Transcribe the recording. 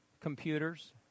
Computers